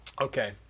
Okay